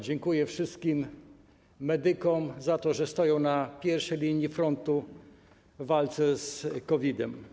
Dziękuję wszystkim medykom za to, że stoją na pierwszej linii frontu w walce z COVID-em.